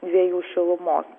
dviejų šilumos